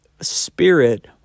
spirit